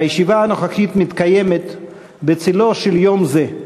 הישיבה הנוכחית מתקיימת בצלו של יום זה,